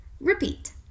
Repeat